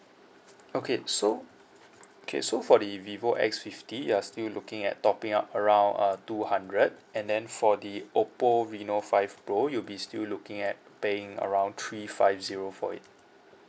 okay so okay so for the vivo X fifty you are still looking at topping up around uh two hundred and then for the oppo reno five pro you'll be still looking at paying around three five zero for it